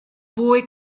boy